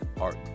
art